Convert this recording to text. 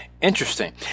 interesting